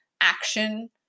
action